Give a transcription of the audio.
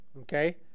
okay